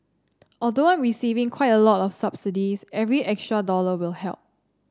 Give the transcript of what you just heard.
although receiving quite a lot of subsidies every extra dollar will help